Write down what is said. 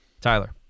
Tyler